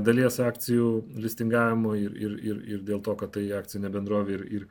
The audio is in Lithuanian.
dalies akcijų listingavimo ir ir ir ir dėl to kad tai akcinė bendrovė ir ir